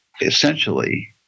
essentially